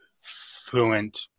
fluent